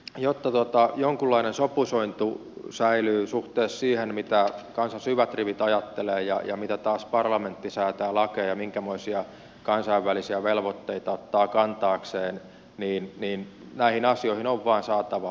jotta jonkunlainen sopusointu säilyy suhteessa siihen mitä kansan syvät rivit ajattelevat ja miten taas parlamentti säätää lakeja minkämoisia kansainvälisiä velvoitteita ottaa kantaakseen niin näihin asioihin on vain saatava muutosta